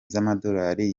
z’amadolari